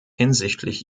hinsichtlich